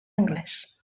anglès